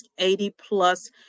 80-plus